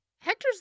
Hector's